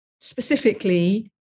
specifically